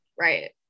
right